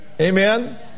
Amen